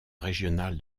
régionales